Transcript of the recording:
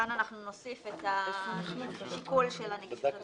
כאן אנחנו נוסיף את השיקול של הנגישות הטכנולוגית.